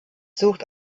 sucht